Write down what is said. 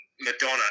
Madonna